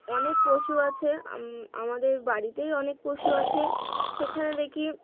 অনেক পশু আছে আম আমাদের বাড়িতেই অনেক পশু আছে সেখানে দেখি